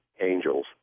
Angels